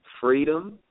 freedom